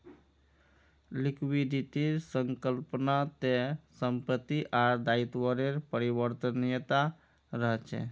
लिक्विडिटीर संकल्पना त संपत्ति आर दायित्वेर परिवर्तनीयता रहछे